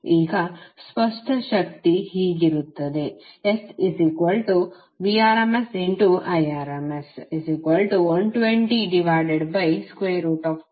ಈಗ ಸ್ಪಷ್ಟ ಶಕ್ತಿ ಹೀಗಿರುತ್ತದೆ